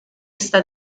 está